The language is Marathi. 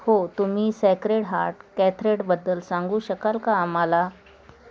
हो तुम्ही सॅक्रेड हार्ट कॅथरेटबद्दल सांगू शकाल का आम्हाला